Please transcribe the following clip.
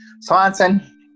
Swanson